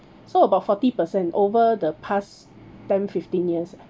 so about forty percent over the past ten fifteen years ah